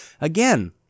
Again